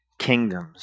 kingdoms